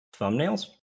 Thumbnails